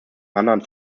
hannah